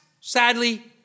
sadly